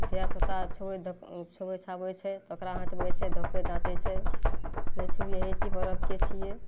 धिया पुता छुअइ छू छुअइ छाबय छै तऽ ओकरा हटबय छै डपटय डाँटय छै नहि छुबही देखय छिही पर्वके छियै